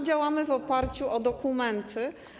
Działamy w oparciu o dokumenty.